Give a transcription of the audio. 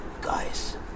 guys